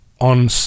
on